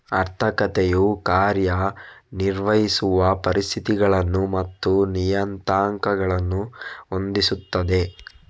ಆರ್ಥಿಕತೆಯು ಕಾರ್ಯ ನಿರ್ವಹಿಸುವ ಪರಿಸ್ಥಿತಿಗಳು ಮತ್ತು ನಿಯತಾಂಕಗಳನ್ನು ಹೊಂದಿಸುತ್ತದೆ